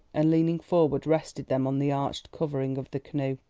and leaning forward, rested them on the arched covering of the canoe,